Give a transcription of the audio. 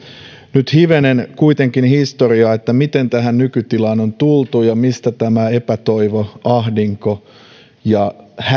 nyt hivenen kuitenkin historiaa miten tähän nykytilaan on tultu ja mistä tämä epätoivo ahdinko ja